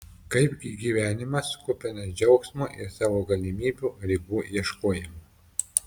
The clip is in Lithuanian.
kaipgi gyvenimas kupinas džiaugsmo ir savo galimybių ribų ieškojimo